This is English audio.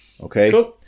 Okay